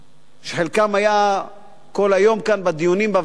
שחלקם היו כל היום בדיונים בוועדות,